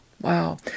wow